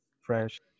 fresh